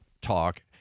talk